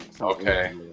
Okay